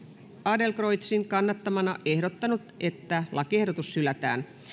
adlercreutzin kannattamana ehdottanut että lakiehdotus hylätään